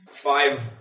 Five